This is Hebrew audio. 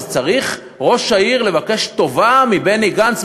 אז צריך ראש העיר לבקש טובה מבני גנץ,